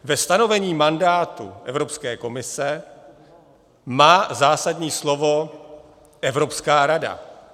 Ve stanovení mandátu Evropské komise má zásadní slovo Evropská rada.